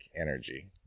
energy